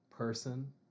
Person